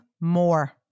more